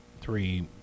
three